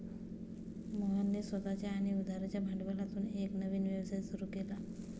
मोहनने स्वतःच्या आणि उधारीच्या भांडवलातून एक नवीन व्यवसाय सुरू केला